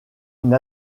une